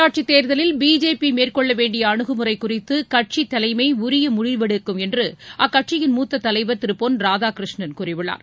உள்ளாட்சித் தேர்தலில் பிஜேபி மேற்கொள்ள வேண்டிய அனுகுமுறை குறித்து கட்சி தலைமை உரிய முடிவு எடுக்கும் என்று அக்கட்சியின் மூத்த தலைவர் திரு பொன் ராதாகிருஷ்ணன் கூறியுள்ளார்